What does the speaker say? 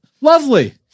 lovely